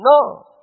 No